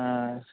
ఆ